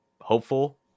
hopeful